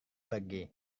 pergi